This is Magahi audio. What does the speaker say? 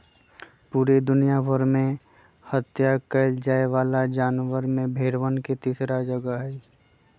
पूरा दुनिया भर में हत्या कइल जाये वाला जानवर में भेंड़वन के तीसरा जगह हई